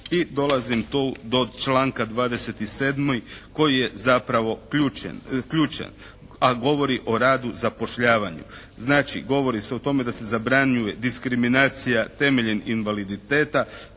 I dolazim tu do članka 27. koji je zapravo ključan, a govori o radu, zapošljavanju. Znači, govori se o tome da se zabranjuje diskriminacija temeljem invaliditeta,